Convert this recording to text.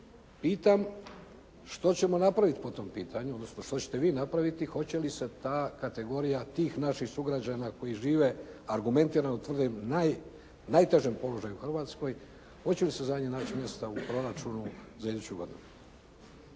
Pitam što ćemo napraviti po tom pitanju, odnosno što ćete vi napraviti, hoće li se ta kategorija tih naših sugrađana koji žive argumentirano tvrdim najtežem položaju u Hrvatskoj. Hoće li se za njih naći mjesta u proračunu za iduću godinu?